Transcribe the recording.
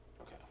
okay